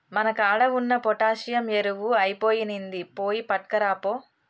మన కాడ ఉన్న పొటాషియం ఎరువు ఐపొయినింది, పోయి పట్కరాపో